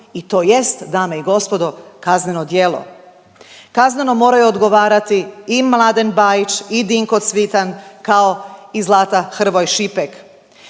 i to jest dame i gospodo kazneno djelo. Kazneno moraju odgovarati i Mladen Bajić i Dinko Cvitan kao i Zlata Hrvoj Šipek.